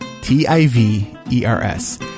T-I-V-E-R-S